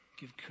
give